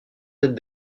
têtes